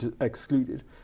excluded